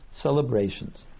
celebrations